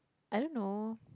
I don't know